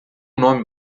nome